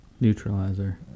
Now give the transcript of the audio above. Neutralizer